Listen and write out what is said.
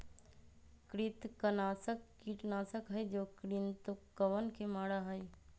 कृंतकनाशक कीटनाशक हई जो कृन्तकवन के मारा हई